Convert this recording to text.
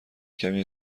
کمی